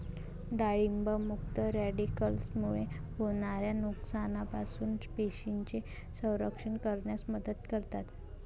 डाळिंब मुक्त रॅडिकल्समुळे होणाऱ्या नुकसानापासून पेशींचे संरक्षण करण्यास मदत करतात